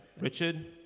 Richard